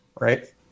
right